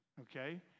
Okay